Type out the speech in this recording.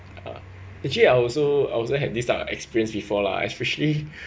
ya actually I also I also have this type of experience before lah especially